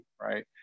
right